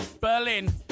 Berlin